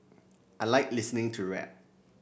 I like listening to rap